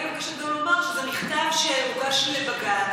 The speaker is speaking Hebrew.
אני מבקשת גם לומר שזה מכתב שהוגש לבג"ץ,